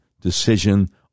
decision